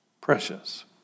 precious